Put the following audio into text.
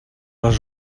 les